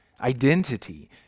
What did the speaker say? identity